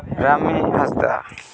Rami Hansda